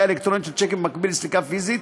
אלקטרונית של שיקים במקביל לסליקה פיזית,